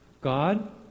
God